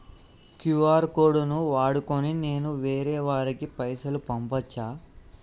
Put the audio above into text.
QR code ను వాడుకొని నేను వేరే వారికి పైసలు పంపచ్చా?